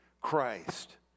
Christ